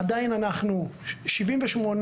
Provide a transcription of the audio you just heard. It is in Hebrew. זה היה 80% לפני שבוע.